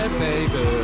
baby